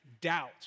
doubt